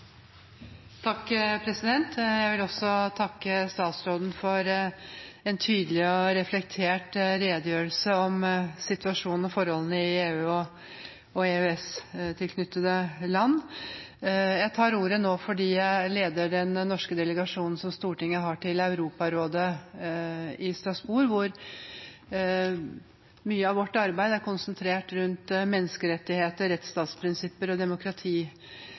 Jeg vil takke statsråden for en tydelig og reflektert redegjørelse om situasjonen og forholdene i EU- og EØS-tilknyttede land. Jeg tar ordet nå fordi jeg leder den norske delegasjonen som Stortinget har til Europarådet i Strasbourg. Mye av vårt arbeid er konsentrert rundt menneskerettigheter, rettsstatsprinsipper og